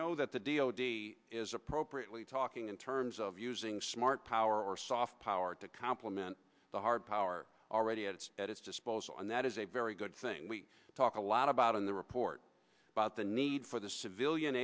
know that the deal is appropriately talking in terms of using smart power or soft power to compliment the hard power already it's at its disposal and that is a very good thing we talk a lot about in the report about the need for the civilian